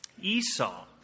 Esau